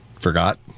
forgot